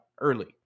early